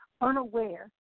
unaware